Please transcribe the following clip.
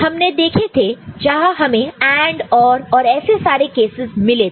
हमने देखे थे जहां हमें AND OR और ऐसे सारे कैसेस मिले थे